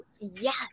yes